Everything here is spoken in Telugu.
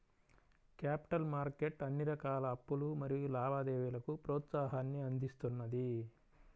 క్యాపిటల్ మార్కెట్ అన్ని రకాల అప్పులు మరియు లావాదేవీలకు ప్రోత్సాహాన్ని అందిస్తున్నది